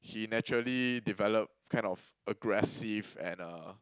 he naturally develop kind of aggressive and uh